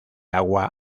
agua